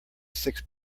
six